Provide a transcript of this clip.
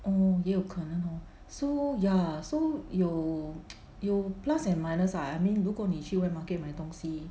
oh 也有可能 hor so ya so 有有 plus and minus lah I mean 如果你去 wet market 买东西